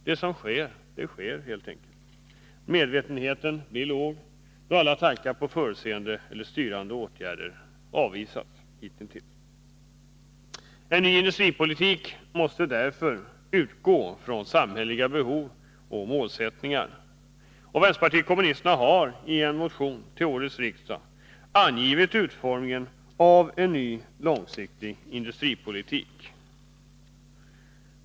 Det som sker får helt enkelt ske. Medvetenheten är låg, och alla tankar på förutseende eller styrande åtgärder har hittills avvisats. En ny industripolitik måste därför utgå från samhälleliga behov och mål. Vänsterpartiet kommunisterna har i en motion till årets riksdag angivit utformningen av en ny långsiktig industripolitik.